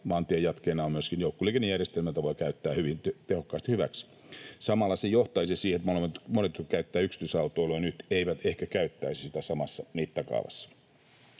Maantien jatkeena olisi myöskin joukkoliikennejärjestelmä, jota voisi käyttää hyvin tehokkaasti hyväksi. Samalla se johtaisi siihen, että monet, jotka käyttävät nyt yksityisautoilua, eivät ehkä käyttäisi sitä samassa mittakaavassa.